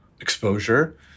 exposure